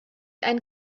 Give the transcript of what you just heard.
ein